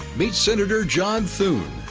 meet senator john thune.